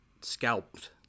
scalped